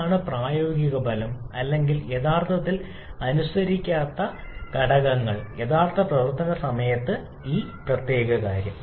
എന്താണ് പ്രായോഗിക ഫലം അല്ലെങ്കിൽ യഥാർത്ഥത്തിൽ അനുസരിക്കാത്ത പ്രായോഗിക ഘടകങ്ങൾ യഥാർത്ഥ പ്രവർത്തന സമയത്ത് ഈ പ്രത്യേക കാര്യം